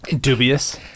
dubious